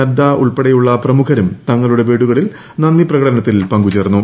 നദ്ദ ഉൾപ്പെടെയുള്ള പ്രമുഖരും തങ്ങളുടെ വീടുകളിൽ നന്നി പ്രകടനത്തിൽ പങ്കുചേർന്നു